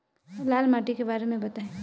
लाल माटी के बारे में बताई